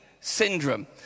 syndrome